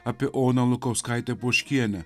apie oną lukauskaitę poškienę